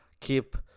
keep